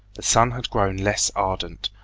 the sun had grown less ardent,